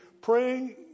praying